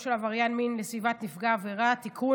של עבריין מין לסביבת נפגע העבירה (תיקון,